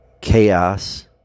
chaos